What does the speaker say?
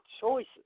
choices